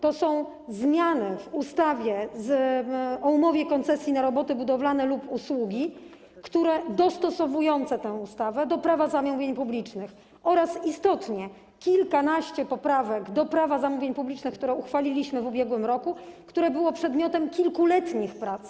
To są zmiany do ustawy o umowie koncesji na roboty budowlane lub usługi, które dostosowują tę ustawę do Prawa zamówień publicznych oraz - istotnie - kilkanaście poprawek do ustawy - Prawo zamówień publicznych, którą uchwaliliśmy w ubiegłym roku, która była przedmiotem kilkuletnich prac.